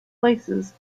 places